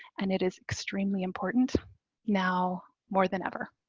and it is extremely important now more than ever.